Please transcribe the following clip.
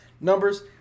numbers